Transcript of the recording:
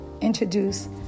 introduce